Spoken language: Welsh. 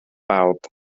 bawb